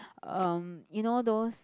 um you know those